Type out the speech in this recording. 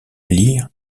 lire